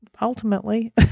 Ultimately